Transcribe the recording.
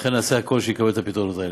לכן נעשה הכול שיקבל את הפתרונות האלה.